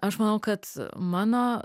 aš manau kad mano